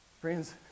Friends